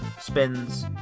spins